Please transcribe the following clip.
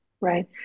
right